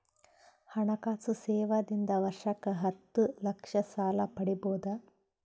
ಹಣಕಾಸು ಸೇವಾ ದಿಂದ ವರ್ಷಕ್ಕ ಹತ್ತ ಲಕ್ಷ ಸಾಲ ಪಡಿಬೋದ?